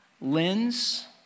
lens